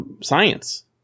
science